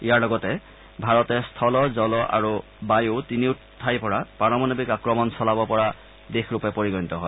ইয়াৰ লগে লগে ভাৰতে স্থল জল আৰু বায়ু তিনিও ঠাইৰ পৰা পাৰমাণৱিক আক্ৰমণ চলাব পৰা দেশৰূপে পৰিগণিত হয়